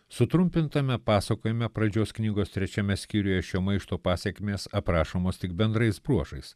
sutrumpintame pasakojime pradžios knygos trečiame skyriuje šio maišto pasekmės aprašomos tik bendrais bruožais